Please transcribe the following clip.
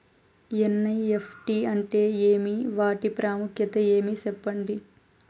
NEFT అంటే ఏమి వాటి ప్రాముఖ్యత ఏమి? సెప్పండి?